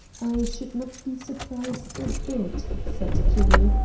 i should not be surprised a bit, said kinney,